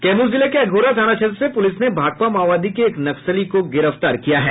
कैमूर जिले के अघौरा थाना क्षेत्र से पुलिस ने भाकपा माओवादी के एक नक्सली को गिरफ्तार किया है